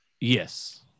Yes